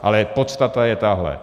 Ale podstata je tahle.